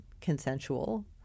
consensual